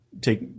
take